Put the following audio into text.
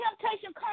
temptation